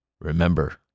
Remember